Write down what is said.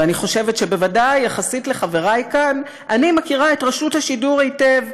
ואני חושבת שבוודאי יחסית לחברי כאן אני מכירה את רשות השידור היטב.